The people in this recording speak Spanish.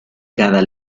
cada